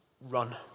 run